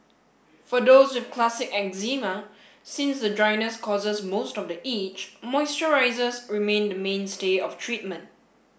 for those with classic eczema since the dryness causes most of the itch moisturisers remain the mainstay of treatment